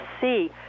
see